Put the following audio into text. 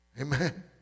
Amen